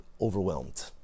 overwhelmed